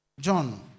John